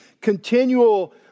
continual